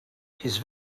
he’s